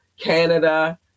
Canada